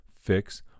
fix